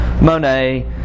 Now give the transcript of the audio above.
Monet